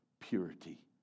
purity